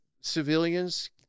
civilians